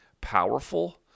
powerful